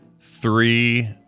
three